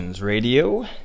Radio